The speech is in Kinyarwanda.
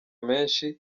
menshi